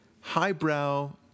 highbrow